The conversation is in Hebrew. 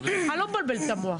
אני לא מבלבלת את המוח.